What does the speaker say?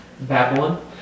Babylon